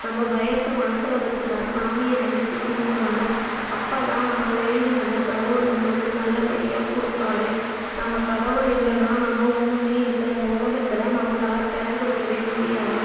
நம்ம பயத்தை மனசில் வச்சுதான் சாமியை நினைச்சி கும்பிடணும் அப்போ தான் நம்ம வேண்டுனதை கடவுள் நம்மளுக்கு நல்லபடியாக கொடுப்பாரு நம்ம கடவுள் இல்லைனா நம்ம ஒன்றும் இல்லை இந்த உலகத்தில் நம்மளால் பிறந்திருக்கவே முடியாது